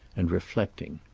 and reflecting.